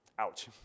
Ouch